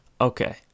Okay